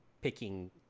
picking